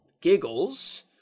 giggles